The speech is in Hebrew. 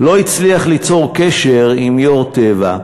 לא הצליח ליצור קשר עם יושב-ראש "טבע"